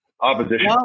opposition